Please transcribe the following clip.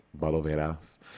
Baloveras